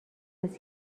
است